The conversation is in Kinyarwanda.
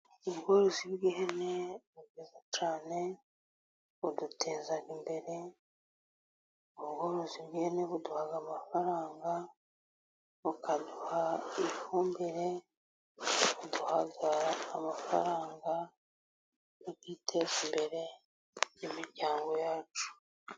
Ubworozi bw'ihene ni bwiza cyane, buduteza imbere. Ubworozi bw'ihene buduha amafaranga, bukaduha ifumbire, buduha amafaranga tukiteza imbere n'imiryango yacu.